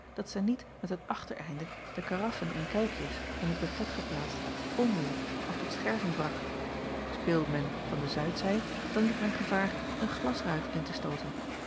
dat zij niet met het achtereinde de karaffen en kelkjes in het bufet geplaatst omwierp of tot scherven brak speelde men van de zuidzij dan liep men gevaar een glasruit in te stooten